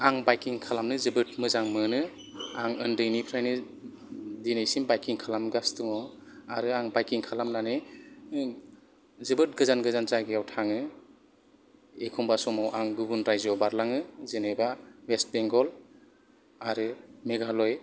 आं बाइकिं खालामनो जोबोद मोजां मोनो आं उन्दैनिफ्रायनो दिनैसिम बाइकिं खालामगासिनो दङ आरो आं बाइकिं खालामनानै जोबोद गोजान गोजान जायगायाव थाङो एखम्बा समाव आं गुबुन रायजोआव बारलाङो जेनेबा वेस्ट बेंगल आरो मेघालया